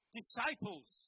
disciples